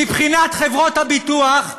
מבחינת חברות הביטוח,